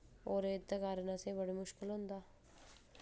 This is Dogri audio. और इत कारण असें बड़ी मुश्कल होंदा